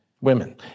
women